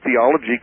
theology